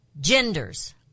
Genders